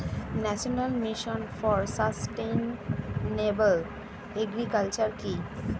National mission for sustainable agriculture কি?